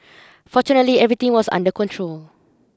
fortunately everything was under control